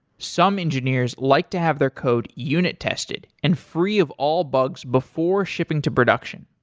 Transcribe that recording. some engineers like to have their code unit tested and free of all bugs before shipping to production